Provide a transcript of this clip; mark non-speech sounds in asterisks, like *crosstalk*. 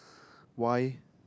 *breath* why